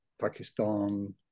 Pakistan